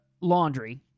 laundry